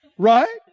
Right